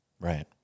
right